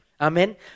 Amen